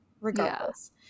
Regardless